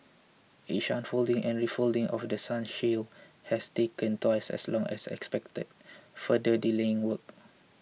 each unfolding and refolding of The Sun shield has taken twice as long as expected further delaying work